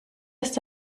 ist